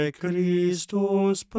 Christus